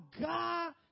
God